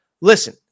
Listen